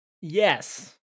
yes